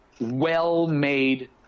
well-made